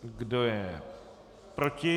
Kdo je proti?